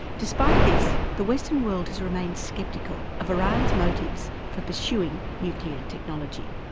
despite this, the western world has remained sceptical of iran's motives for pursuing nuclear technology.